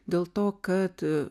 dėl to kad